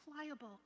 pliable